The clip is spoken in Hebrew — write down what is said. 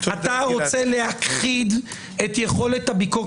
אתה רוצה להכחיד את יכולת הביקורת,